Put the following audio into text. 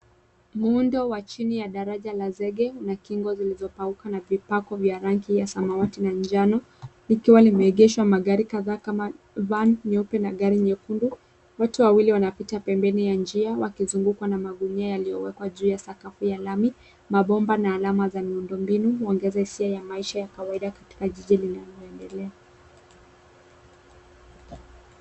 Muundo wa chini ya daraja la zege na kingo zilizopauka na vipako vya rangi ya samawati na njano likiwa limeegeshwa magari kadhaa kama van nyeupe na rangi nyekundu. Watu wawili wanapita pembeni ya njia wakizungukwa na magunia yaliyowekwa juu ya sakafu ya lami. Mabomba na alama za miundo mbinu huongeza hisia ya maisha ya kawaida katika jiji linaloendelea.